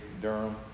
Durham